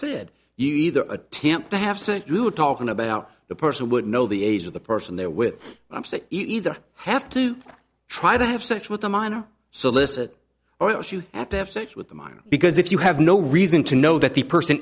said you either attempt to have since you are talking about the person would know the age of the person they're with i'm saying either have to try to have sex with a minor solicit or if you have to have sex with a minor because if you have no reason to know that the person